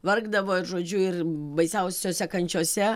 vargdavo žodžiu ir baisiausiose kančiose